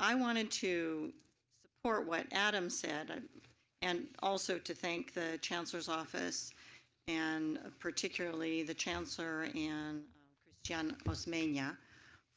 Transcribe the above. i wanted to support what adam said and also to thank the chancellor's office and ah particularly the chancellor and christian osmena yeah